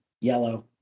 yellow